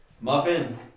Muffin